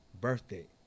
birthday